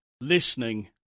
listening